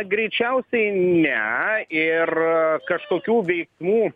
greičiausiai ne ir kažkokių veiksmų